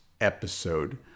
episode